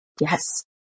Yes